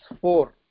four